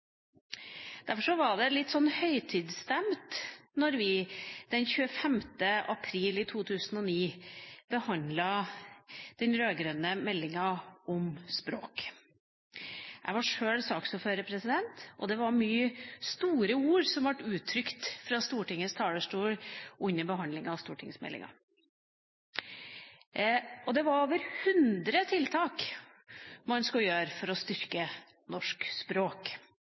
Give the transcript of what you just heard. Derfor var det litt høytidsstemt da vi den 25. april i 2009 behandla den rød-grønne meldinga om språk. Jeg var sjøl saksordfører, og det var mange store ord som ble uttrykt fra Stortingets talerstol under behandlinga av stortingsmeldinga. Det var over 100 tiltak man skulle gjennomføre for å styrke norsk språk.